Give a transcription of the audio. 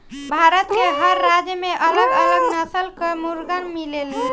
भारत के हर राज्य में अलग अलग नस्ल कअ मुर्गा मिलेलन